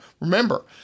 Remember